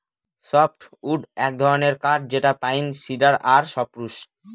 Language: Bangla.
সফ্টউড এক ধরনের কাঠ যেটা পাইন, সিডার আর সপ্রুস